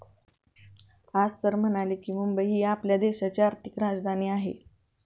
आज सर म्हणाले की, मुंबई ही आपल्या देशाची आर्थिक राजधानी आहे